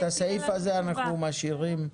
אז את הסעיף הזה אנחנו משאירים.